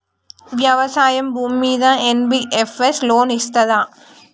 వ్యవసాయం భూమ్మీద NBFS loan ఇస్తదా?